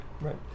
right